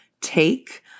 take